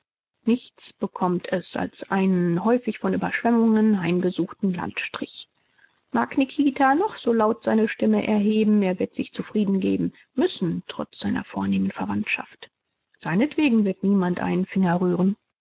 nichts bekommt es als einen häufig von überschwemmungen heimgesuchten landstrich mag nikita noch so laut seine stimme erheben er wird sich zufrieden geben müssen trotz seiner vornehmen verwandtschaft seinetwegen wird niemand einen finger rühren